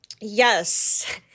Yes